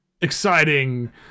exciting